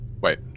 Wait